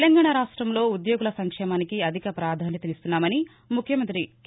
తెలంగాణ రాష్టంలో ఉద్యోగుల సంక్షేమానికి అధిక ప్రాధాన్యమిస్తామని ముఖ్యమంతి కె